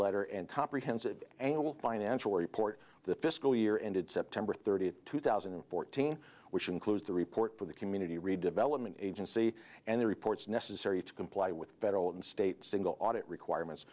letter and comprehensive annual financial report the fiscal year ended september thirtieth two thousand and fourteen which includes the report for the community redevelopment agency and the report's necessary to comply with federal and state single audit requirements